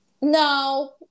No